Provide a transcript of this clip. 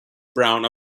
brown